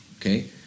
Okay